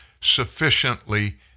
sufficiently